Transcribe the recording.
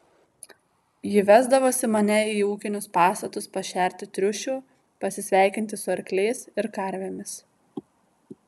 ji vesdavosi mane į ūkinius pastatus pašerti triušių pasisveikinti su arkliais ir karvėmis